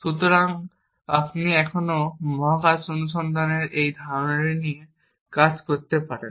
সুতরাং আপনি এখনও মহাকাশ অনুসন্ধানের এই ধারণা নিয়ে কাজ করতে পারেন